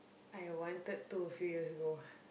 I wanted to a few years ago